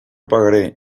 pagaré